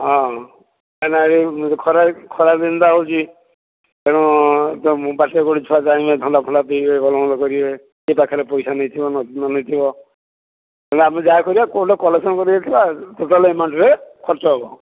ହଁ ନାଇଁ ଖରା ଖରାଦିନଟା ହେଉଛି ତେଣୁ ଯେଉଁ ବାଟରେ କେଉଁଠି ଛୁଆ ଚାହିଁବେ ଥଣ୍ଡା ଫଣ୍ଡା ପିଇବେ ଭଲ ମନ୍ଦ କରିବେ କିଏ ପାଖରେ ପଇସା ନେଇଥିବ ନ ନେଇଥିବ ହେଲେ ଆମେ ଯାହା କରିବା ଗୋଟେ କଲେକ୍ସନ୍ କରି ଦେଇଥିବା ଟୋଟାଲ୍ ଆମାଉଣ୍ଟ୍ରେ ଖର୍ଚ୍ଚ ହେବ